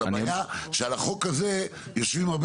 אבל הבעיה שעל החוק הזה יושבים הרבה